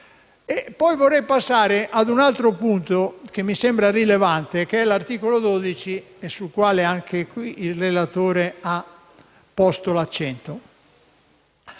Vorrei poi passare a un altro punto che mi sembra rilevante, l'articolo 12, sul quale anche il relatore ha posto l'accento.